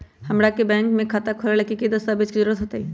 हमरा के बैंक में खाता खोलबाबे ला की की दस्तावेज के जरूरत होतई?